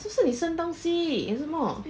是不是你生东西还什么